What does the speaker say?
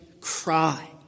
cry